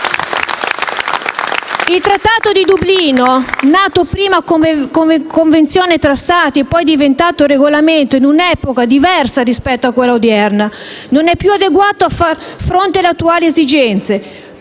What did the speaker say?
Il Trattato di Dublino, nato prima come Convenzione tra Stati e poi divenuto Regolamento in un'epoca diversa rispetto a quella odierna, non è più adeguato a far fronte alle attuali esigenze.